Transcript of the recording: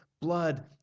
blood